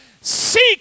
Seek